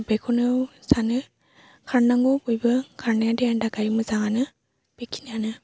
बेखौनो सानो खारनांगौ बयबो खारनाया देहानि थाखाय मोजाङानो बेखिनियानो